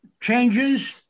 changes